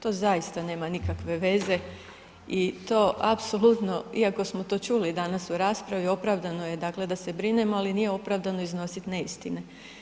To zaista nema nikakve veze i to apsolutno iako smo to čuli danas u raspravi opravdano je dakle da se brinemo, ali nije opravdano iznosit neistine.